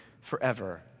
forever